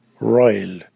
royal